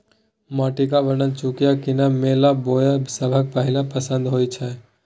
माटिक बनल चुकिया कीनब मेला मे बौआ सभक पहिल पसंद होइ छै